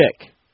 chick